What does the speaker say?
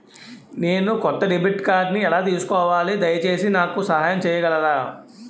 నేను కొత్త డెబిట్ కార్డ్ని ఎలా తీసుకోవాలి, దయచేసి నాకు సహాయం చేయగలరా?